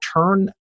turn